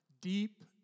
Deep